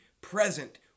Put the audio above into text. present